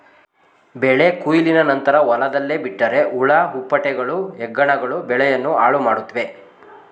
ಬೆಳೆ ಕೊಯ್ಲಿನ ನಂತರ ಹೊಲದಲ್ಲೇ ಬಿಟ್ಟರೆ ಹುಳ ಹುಪ್ಪಟೆಗಳು, ಹೆಗ್ಗಣಗಳು ಬೆಳೆಯನ್ನು ಹಾಳುಮಾಡುತ್ವೆ